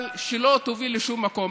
אבל שלא תוביל לשום מקום.